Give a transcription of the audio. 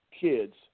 kids